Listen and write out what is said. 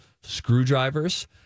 screwdrivers